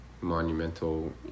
monumental